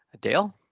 Dale